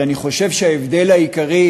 אני חושב שההבדל העיקרי,